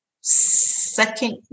second